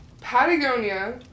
Patagonia